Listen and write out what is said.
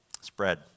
Spread